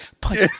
Punch